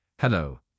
Hello